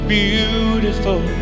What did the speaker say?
beautiful